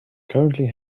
currently